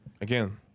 Again